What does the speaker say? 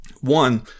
One